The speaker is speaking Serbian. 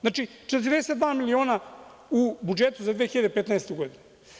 Znači, 42 miliona u budžetu za 2015. godinu.